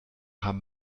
hamm